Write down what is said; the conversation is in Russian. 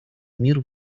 мир